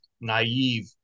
naive